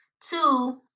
Two